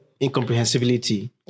incomprehensibility